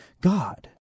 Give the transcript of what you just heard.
God